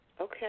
Okay